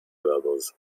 bubbles